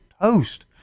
toast